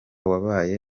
wabaye